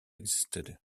existed